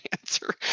answer